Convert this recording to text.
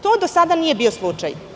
To do sada nije bio slučaj.